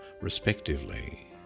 respectively